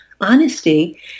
honesty